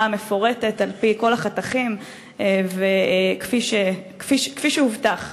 המפורטת על-פי כל החתכים כפי שהובטח?